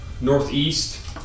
northeast